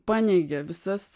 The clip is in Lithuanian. paneigė visas